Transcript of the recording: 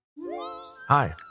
Hi